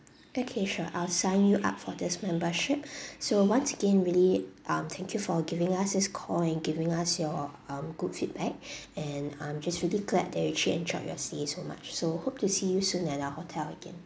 okay sure I will sign you up for this membership so once again really um thank you for giving us this call and giving us your um good feedback and I'm just really glad that you actually enjoy your stays so much so hope to see you soon at our hotel again